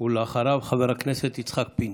ואחריו, חבר הכנסת יצחק פינדרוס.